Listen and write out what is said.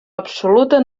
absoluta